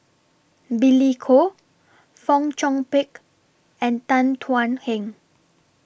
Billy Koh Fong Chong Pik and Tan Thuan Heng